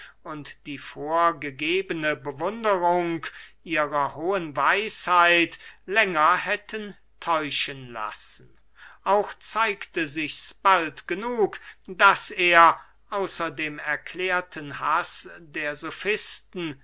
und die vorgegebene bewunderung ihrer hohen weisheit länger hätten täuschen lassen auch zeigte sichs bald genug daß er außer dem erklärten haß der sofisten